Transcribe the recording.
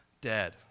dead